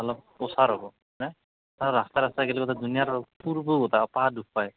অলপ ওচৰ হ'ব ন ৰাস্তা ৰাস্তা গেলি আৰু